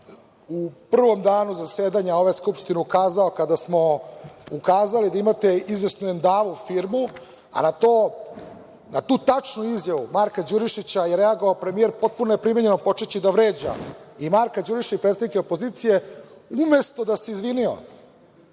u prvom danu zasedanja ove Skupštine ukazao kada smo ukazali da imate izvesnu „Endavu“ firmu, a na tu tačnu izjavu Marka Đurišića je reagovao premijer potpuno neprimereno, počeći da vređa i Marka Đurišića i predstavnike opozicije, umesto da se izvinio